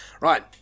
Right